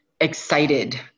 excited